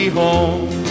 home